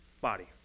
body